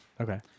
okay